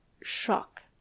shock